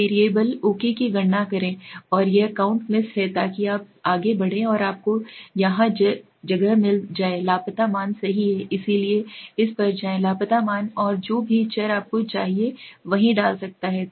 अब variable okay की गणना करें और यह काउंट मिस है ताकि आप आगे बढ़ें और आपको यहां जगह मिल जाए लापता मान सही है इसलिए इस पर जाएं लापता मान और जो भी चर आपको चाहिए वहीं डाल सकता है